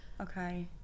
okay